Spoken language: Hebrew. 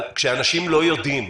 כשאנשים לא יודעים,